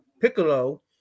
Piccolo